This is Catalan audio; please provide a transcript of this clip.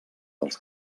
dels